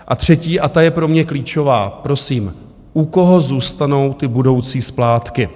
Za třetí a ta je pro mě klíčová, prosím: U koho zůstanou ty budoucí splátky?